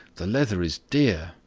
the leather is dear,